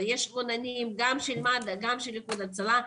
ויש כוננים גם של מד"א וגם של איחוד הצלה.